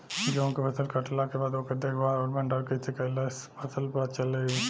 गेंहू के फसल कटला के बाद ओकर देखभाल आउर भंडारण कइसे कैला से फसल बाचल रही?